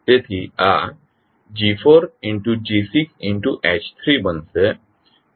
તેથી આ G4sG6sH3s બનશે